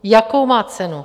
Jakou má cenu?